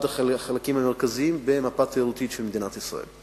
החלקים המרכזיים במפה התיירותית של מדינת ישראל.